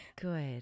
Good